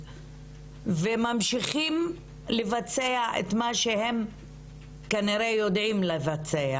וממשיכים לבצע את מה שהם כנראה יודעים לבצע,